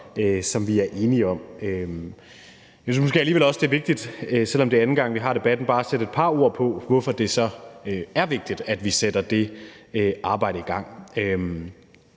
som vi er enige om. Jeg synes måske alligevel også, det er vigtigt, selv om det er anden gang, vi har debatten, bare at sætte et par ord på, hvorfor det så er vigtigt, at vi sætter det arbejde i gang.